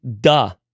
Duh